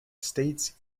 states